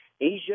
Asia